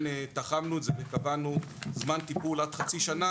תחמנו את זה וקבענו זמן טיפול עד חצי שנה,